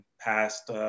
past